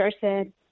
person